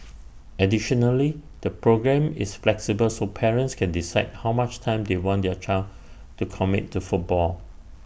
additionally the programme is flexible so parents can decide how much time they want their child to commit to football